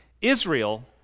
Israel